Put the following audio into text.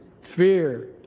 fear